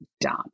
done